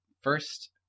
first